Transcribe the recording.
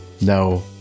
no